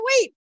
wait